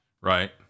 Right